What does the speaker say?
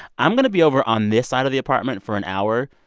i'm going to be over on this side of the apartment for an hour.